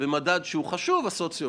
במדד הסוציו.